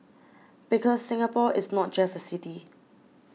because Singapore is not just a city